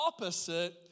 opposite